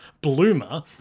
Bloomer